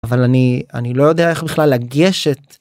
אבל אני אני לא יודע איך בכלל לגשת.